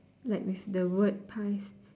like with the word pies